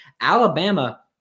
Alabama